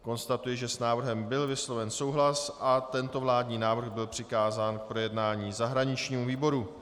Konstatuji, že s návrhem byl vysloven souhlas a tento vládní návrh byl přikázán k projednání zahraničnímu výboru.